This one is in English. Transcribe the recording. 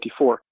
1954